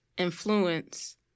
influence